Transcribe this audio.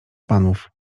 panów